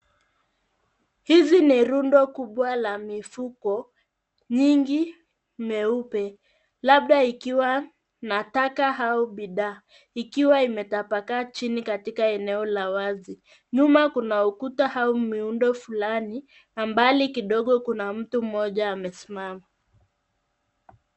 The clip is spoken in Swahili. Hizi ni rundo kubwa la mifuko nyingi meupe labda ikiwa na taka au bidhaa ikiwa imetapakaa chini katika eneo la wazi. Nyuma kuna ukuta au miundo fulani na mbali kidogo kuna mtu mmoja amesimama.